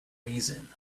reason